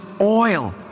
oil